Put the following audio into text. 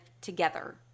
together